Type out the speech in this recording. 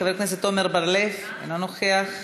חבר הכנסת עמר בר-לב, אינו נוכח.